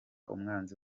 umwanzi